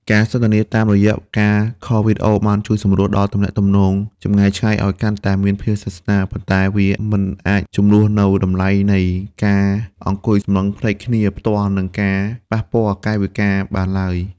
ការសន្ទនាតាមរយៈការខលវីដេអូ បានជួយសម្រួលដល់ទំនាក់ទំនងចម្ងាយឆ្ងាយឱ្យកាន់តែមានភាពស្និទ្ធស្នាល ប៉ុន្តែវាមិនអាចជំនួសនូវតម្លៃនៃការអង្គុយសម្លឹងភ្នែកគ្នាផ្ទាល់ និងការប៉ះពាល់កាយវិការបានឡើយ។